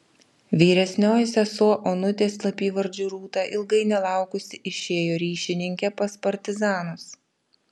vyresnioji sesuo onutė slapyvardžiu rūta ilgai nelaukusi išėjo ryšininke pas partizanus